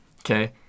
Okay